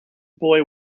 boy